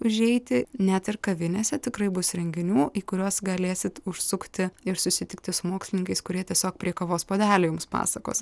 užeiti net ir kavinėse tikrai bus renginių į kuriuos galėsit užsukti ir susitikti su mokslininkais kurie tiesiog prie kavos puodelio jums pasakos